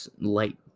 light